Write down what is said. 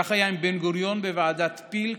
כך היה עם בן-גוריון בוועדת פיל,